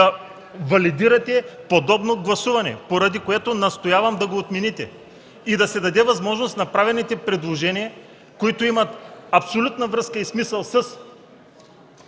да валидирате подобно гласуване, поради което настоявам да го отмените и да се даде възможност направените предложения, които имат абсолютна връзка и смисъл с